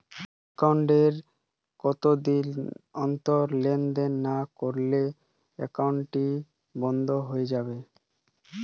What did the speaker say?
Account এ কতদিন অন্তর লেনদেন না করলে একাউন্টটি কি বন্ধ হয়ে যাবে?